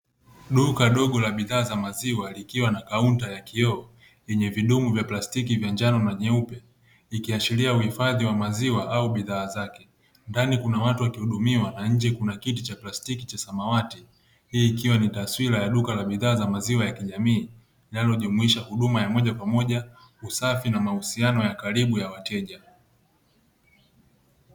Duka dogo la bidhaa za maziwa likiwa na kaunta ya kioo, yenye vidumu vya plastiki vya njano na nyeupe. Ikiashiria uhifadhi wa maziwa au bidhaa zake. Ndani kuna watu wakihudumiwa na nje kuna kiti cha plastiki cha samawati. Hii ikiwa ni taswira ya duka la bidhaa za maziwa ya kijamii linalojumuisha huduma ya moja kwa moja, usafi na mahusiano ya karibu ya wateja.